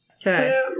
Okay